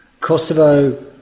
Kosovo